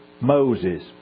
Moses